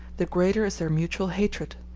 the greater is their mutual hatred,